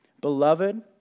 Beloved